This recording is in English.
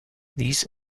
these